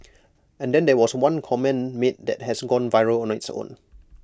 and then there was one comment made that has gone viral on its own